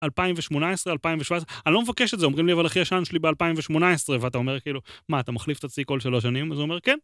2018, 2017, אני לא מבקש את זה, אומרים לי, אבל הכי ישן שלי ב-2018, ואתה אומר, כאילו, מה, אתה מחליף את הצי כל שלוש שנים? אז הוא אומר, כן.